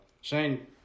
Shane